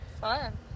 Fun